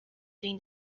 doing